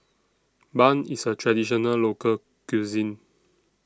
Bun IS A Traditional Local Cuisine